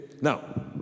Now